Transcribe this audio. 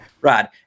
rod